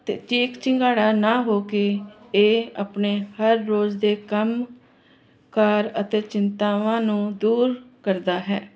ਅਤੇ ਚੀਖ ਚਿਹਾੜਾ ਨਾ ਹੋ ਕੇ ਇਹ ਆਪਣੇ ਹਰ ਰੋਜ਼ ਦੇ ਕੰਮਕਾਰ ਅਤੇ ਚਿੰਤਾਵਾਂ ਨੂੰ ਦੂਰ ਕਰਦਾ ਹੈ